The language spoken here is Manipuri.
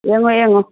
ꯌꯦꯡꯉꯣ ꯌꯦꯡꯉꯣ